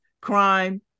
crime